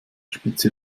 spitze